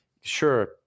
sure